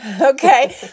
Okay